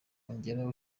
ongera